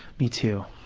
me, too.